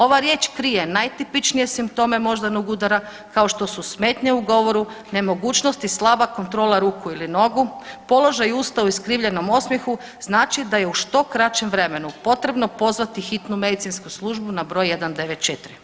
Ova riječ krije najtipičnije simptome moždanog udara kao što su smetnje u govoru, nemogućnost i slaba kontrola ruku ili nogu, položaj usta u iskrivljenom osmjehu, znači da je u što kraćem vremenu potrebno pozvati hitnu medicinsku službu na br. 194.